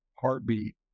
heartbeat